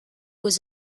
was